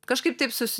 kažkaip taip susi